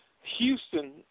Houston